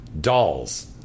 dolls